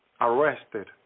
arrested